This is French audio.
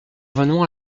venons